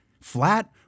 flat